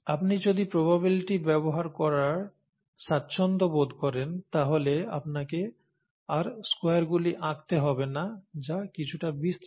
আপনি যদি প্রবাবিলিটি ব্যবহার করায় স্বাচ্ছন্দ্য বোধ করেন তাহলে আপনাকে আর স্কোয়ারগুলি আঁকতে হবে না যা কিছুটা বিস্তৃত